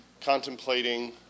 contemplating